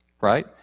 right